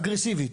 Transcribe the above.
אגרסיבית,